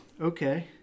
Okay